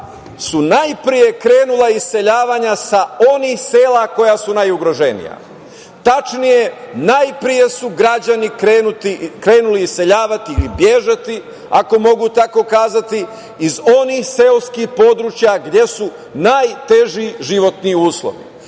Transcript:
su najpre krenula iseljavanja sa onih sela koja su najugroženija. Tačnije, najpre su građani krenuli iseljavati ili bežati, ako mogu tako kazati, iz onih seoskih područja gde su najteži životni uslovi,